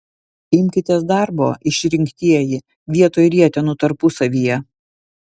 imkitės darbo išrinktieji vietoj rietenų tarpusavyje